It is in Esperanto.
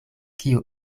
kio